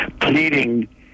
pleading